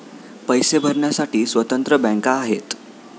पैसे भरण्यासाठी स्वतंत्र बँका आहेत